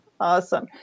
Awesome